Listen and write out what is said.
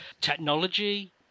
technology